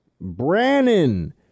Brannon